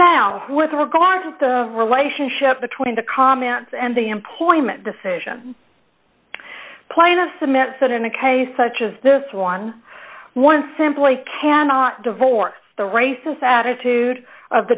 now with regard to the relationship between the comments and the employment decision plaintiff cements and in a case such as this eleven simply cannot divorce the racist attitude of the